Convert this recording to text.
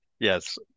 Yes